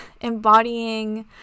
embodying